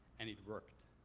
and it worked.